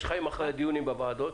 יש חיים אחרי הדיונים בוועדות.